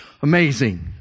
Amazing